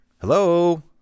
hello